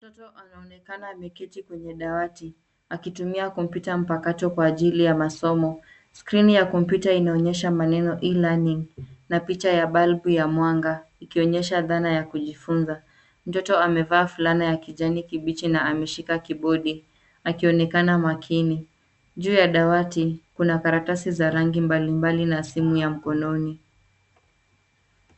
Mtoto anaonekana ameketi kwenye dawati, akitumia kompyuta mpakato kwa ajili ya masomo. Skrini ya kompyuta inaonyesha maneno e-learning , na picha ya balbu ya mwanga, ikionyesha dhana ya kujifunza. Mtoto amevaa fulana ya kijani kibichi na ameshika kibodi, akionekana makini. Juu ya dawati, kuna karatasi za rangi mbalimbali na simu ya mkononi.